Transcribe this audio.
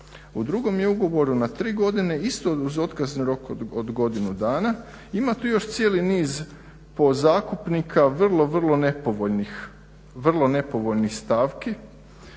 U drugom je ugovoru na tri godine isto uz otkazni rok od godinu dana. Ima tu još cijeli niz po zakupnika vrlo, vrlo nepovoljnih, vrlo